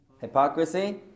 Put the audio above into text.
hypocrisy